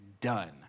done